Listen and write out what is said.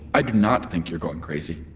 i do not think you're going crazy.